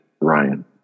Ryan